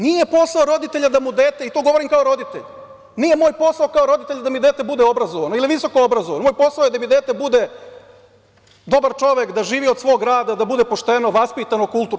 Nije posao roditelja da mu dete, to govorim kao roditelj, nije moj posao kao roditelja da mi dete bude obrazovano ili visokoobrazovano, moj posao je da mi dete bude dobar čovek, da živi od svog rada, da bude pošteno, vaspitano, kulturno.